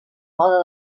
mode